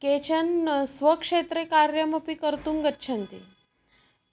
केचन स्वक्षेत्रे कार्यमपि कर्तुं गच्छन्ति